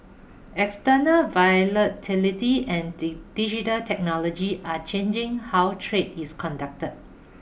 external volatility and digital technology are changing how trade is conducted